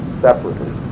separately